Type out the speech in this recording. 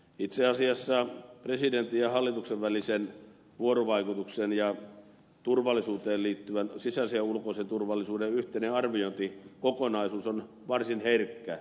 itse asiassa presidentin ja hallituksen välisen vuorovaikutuksen ja turvallisuuteen liittyvän sisäisen ja ulkoisen turvallisuuden yhteinen arviointikokonaisuus on varsin herkkä